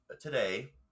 today